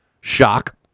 Shock